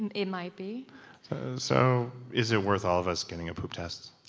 and it might be so is it worth all of us getting poop test?